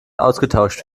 ausgetauscht